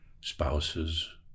spouses